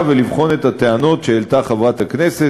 ולבחון את הטענות שהעלתה חברת הכנסת.